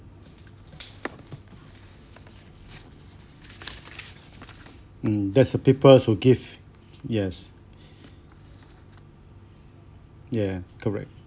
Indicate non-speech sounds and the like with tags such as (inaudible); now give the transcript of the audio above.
mm that's a people who give yes (breath) yeah correct